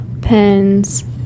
pens